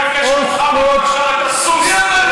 אוסקוט.